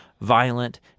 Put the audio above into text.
violent